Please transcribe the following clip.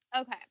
Okay